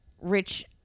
rich